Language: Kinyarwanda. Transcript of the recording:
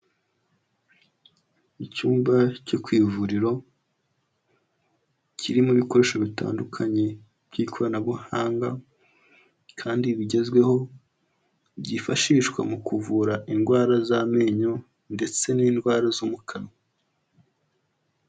Icyumba cyo ku ivuriro, kirimo ibikoresho bitandukanye by'ikoranabuhanga kandi bigezweho, byifashishwa mu kuvura indwara z'amenyo ndetse n'indwara zo mu kanwa.